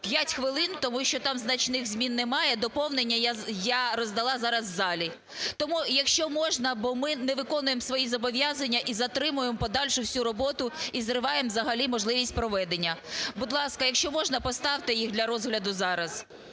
5 хвилин, тому що там значних змін немає. Доповнення я роздала зараз у залі. Тому, якщо можна, бо ми не виконуємо свої зобов'язання і затримуємо подальшу всю роботу, і зриваємо взагалі можливість проведення. Будь ласка, якщо можна, поставте їх для розгляду зараз.